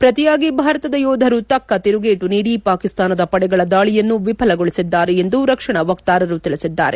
ಪ್ರತಿಯಾಗಿ ಭಾರತದ ಯೋಧರು ತಕ್ಕ ತಿರಗೇಟು ನೀಡಿ ಪಾಕಿಸ್ತಾನದ ಪಡೆಗಳ ದಾಳಿಯನ್ನು ವಿಫಲಗೊಳಿಸಿದ್ದಾರೆ ಎಂದು ರಕ್ಷಣಾ ವಕ್ತಾರರು ತಿಳಿಸಿದ್ದಾರೆ